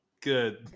Good